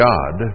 God